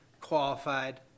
qualified